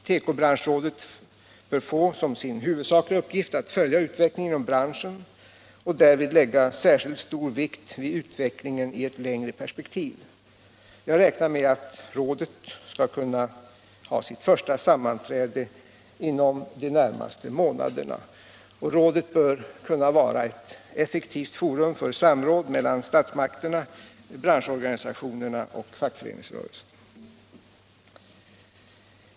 Tekobranschrådet bör få som sin huvudsakliga uppgift att följa utvecklingen inom branschen och därvid lägga särskilt stor vikt vid utvecklingen i ett längre perspektiv. Jag räknar med att rådet skall kunna ha sitt första sammanträde inom de närmaste månaderna. Rådet bör kunna vara ett effektivt forum för samråd mellan statsmakterna, branschorganisationerna och fackföreningsrörelsen.